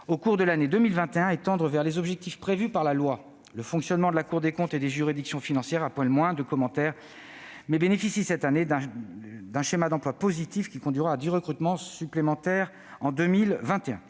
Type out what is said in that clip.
au cours de l'année 2021 et tendre vers les objectifs prévus par la loi. Le fonctionnement de la Cour des comptes et des juridictions financières appelle moins de commentaires. Elles bénéficient cette année d'un schéma d'emploi positif qui conduira à dix recrutements supplémentaires en 2021.